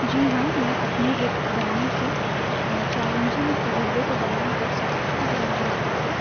جی ہاں میں اپنے ایک گانے کے چیلینجنگ تجربے کو بیان کر سکتی ہوں جو مجھے ہوا ہے